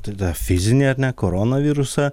tada fizinę ar ne koronavirusą